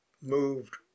moved